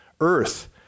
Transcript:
Earth